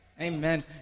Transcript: Amen